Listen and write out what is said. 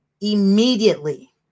immediately